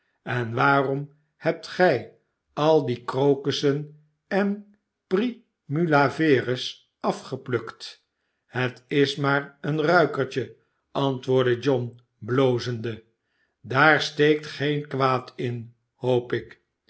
en waarom hebt gij al die krokussen en primulaveris afgeplukt het is maar een ruikertje antwoordde john blozende daar steekt geen kwaad in hoop ik